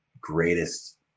greatest